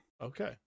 Okay